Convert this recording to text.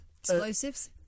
Explosives